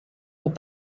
aux